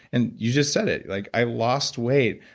and you just said it, like i lost weight,